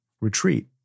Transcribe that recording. retreat